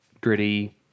gritty